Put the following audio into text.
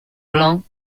blancs